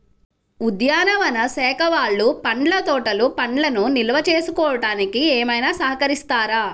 ఉద్యానవన శాఖ వాళ్ళు పండ్ల తోటలు పండ్లను నిల్వ చేసుకోవడానికి ఏమైనా సహకరిస్తారా?